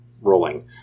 rolling